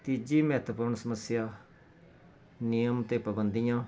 ਤੀਜੀ ਮਹੱਤਵਪੂਰਨ ਸਮੱਸਿਆ ਨਿਯਮ ਅਤੇ ਪਾਬੰਦੀਆਂ